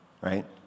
right